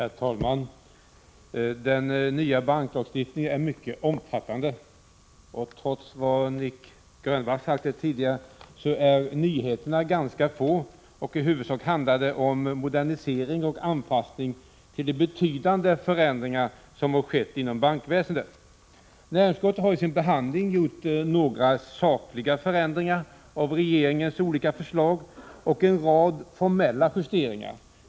Herr talman! Den nya banklagstiftningen är mycket omfattande. Trots det som Nic Grönvall sade tidigare är nyheterna dock ganska få och i huvudsak handlar det om en modernisering och anpassning till de betydande förändringar som skett inom bankväsendet. Näringsutskottet har i sin behandling gjort några sakliga förändringar av regeringens olika förslag och en rad formella justeringar.